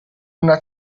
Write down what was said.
una